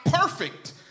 perfect